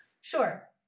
Sure